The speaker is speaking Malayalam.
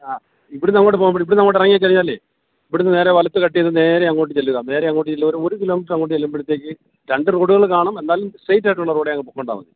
അ ഇവിടുന്ന് അങ്ങോട്ട് പോകുമ്പോൾ ഇവിടുന്ന് അങ്ങോട്ട് ഇറങ്ങിക്കഴിഞ്ഞാലേ ഇവിടുന്ന് നേരെ വലത്ത് കട്ട് ചെയ്ത് നേരെ അങ്ങോട്ട് ചെല്ലുക നേരെ അങ്ങോട്ട് ചെന്ന് ഒരു കിലോമീറ്റർ അങ്ങോട്ട് ചെല്ലുമ്പോഴത്തേക്ക് രണ്ട് റോഡുകൾ കാണും എന്തായാലും സ്ട്രെയിറ്റ് ആയിട്ടുള്ള റോഡിൽ അങ്ങ് പോയിക്കൊണ്ടാൽ മതി